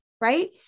Right